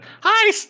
Hi